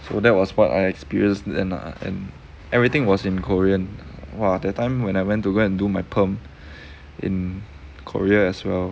so that was what I experienced then ah and everything was in korean !wah! that time when I went to go and do my perm in korea as well